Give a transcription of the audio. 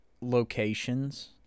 locations